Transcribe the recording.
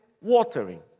watering